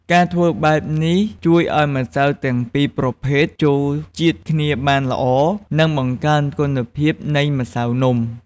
ការធ្វើបែបនេះជួយឱ្យម្សៅទាំងពីរប្រភេទចូលជាតិគ្នាបានល្អ និងបង្កើនគុណភាពនៃម្សៅនំ។